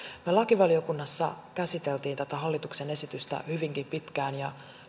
me lakivaliokunnassa käsittelimme tätä hallituksen esitystä hyvinkin pitkään ja